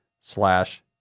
slash